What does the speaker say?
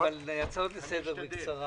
מיקי לוי, בבקשה.